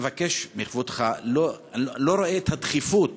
מבקש מכבודך, אני לא רואה את הדחיפות.